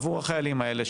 עבור החיילים האלה,